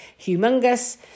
humongous